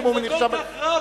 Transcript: אם זה כל כך רע פה,